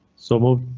so moved.